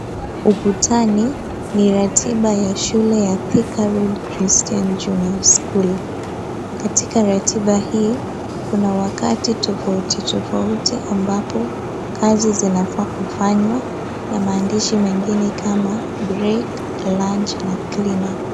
Ukutani ni ratiba ya shule ya Thika road Christian junior school . Katika ratiba hii kuna wakati tofauti tofauti ambapo kazi zinafaa kufanywa na maandishi mengine kama Break, lunch na Clean up .